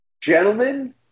gentlemen